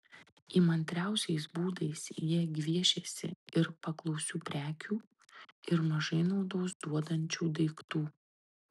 įmantriausiais būdais jie gviešiasi ir paklausių prekių ir mažai naudos duodančių daiktų